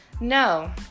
No